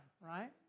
right